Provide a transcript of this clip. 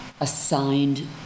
Assigned